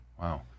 Wow